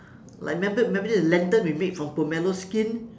like remember remember the lantern we made from pomelo skin